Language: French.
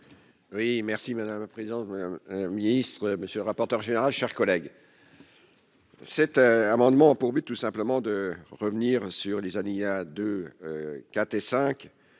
Oui merci madame la présidente, madame ministre monsieur le rapporteur général chers collègues. Cet amendement a pour but, tout simplement, de revenir sur les Adilia de quatre